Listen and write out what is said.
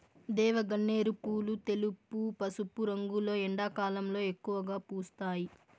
దేవగన్నేరు పూలు తెలుపు, పసుపు రంగులో ఎండాకాలంలో ఎక్కువగా పూస్తాయి